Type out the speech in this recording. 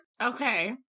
Okay